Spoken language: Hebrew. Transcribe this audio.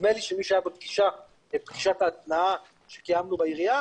נדמה לי שמי שהיה בפגישת ההתנעה שקיימנו בעירייה,